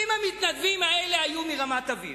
אם המתנדבים האלה היו מרמת-אביב,